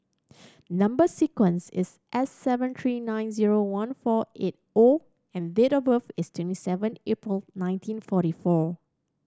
number sequence is S seven three nine zero one four eight O and date of birth is twenty seven April nineteen forty four